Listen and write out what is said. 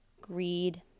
greed